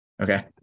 Okay